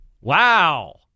Wow